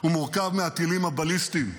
הוא מורכב מהטילים הבליסטיים,